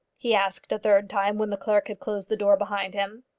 he asked a third time when the clerk had closed the door behind him.